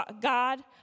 God